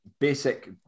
basic